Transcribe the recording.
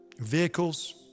vehicles